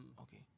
Okay